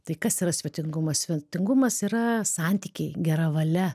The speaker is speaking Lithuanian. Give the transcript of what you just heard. tai kas yra svetingumas svetingumas yra santykiai gera valia